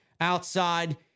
outside